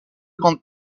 grande